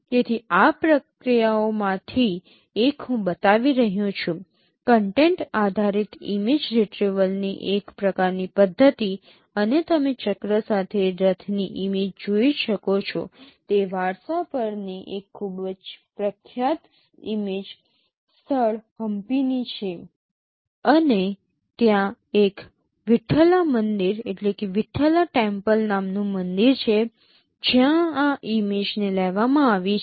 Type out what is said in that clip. તેથી આ પ્રક્રિયાઓમાંથી એક હું બતાવી રહ્યો છું કન્ટેન્ટ આધારિત ઇમેજ રિટ્રીવલ ની એક પ્રકારની પદ્ધતિ અને તમે ચક્ર સાથે રથની ઇમેજ જોઈ શકો છો તે વારસા પરની એક ખૂબ જ પ્રખ્યાત ઇમેજ સ્થળ હમ્પી ની છે અને ત્યાં એક વિઠ્ઠલા મંદિર નામનું મંદિર છે જ્યાં આ ઇમેજને લેવામાં આવી છે